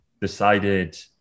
decided